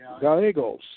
Gallegos